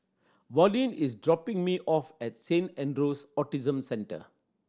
Verlene is dropping me off at Saint Andrew's Autism Centre